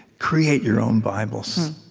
create your own bibles.